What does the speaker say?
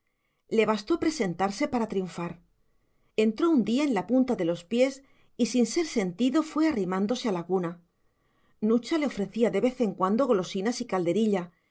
le bastó presentarse para triunfar entró un día en la punta de los pies y sin ser sentido fue arrimándose a la cuna nucha le ofrecía de vez en cuando golosinas y calderilla